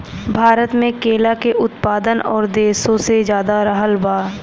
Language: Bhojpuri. भारत मे केला के उत्पादन और देशो से ज्यादा रहल बा